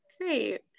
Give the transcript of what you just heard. great